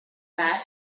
that